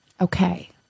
Okay